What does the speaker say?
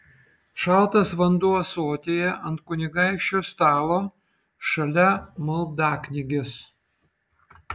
šaltas vanduo ąsotyje ant kunigaikščio stalo šalia maldaknygės